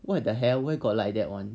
what the hell where got like that [one]